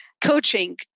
coaching